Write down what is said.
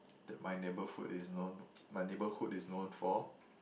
that my neighbour food is known my neighbourhood is known for